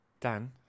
Dan